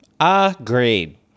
Agreed